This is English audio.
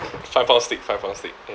five pound stick five pound stick ya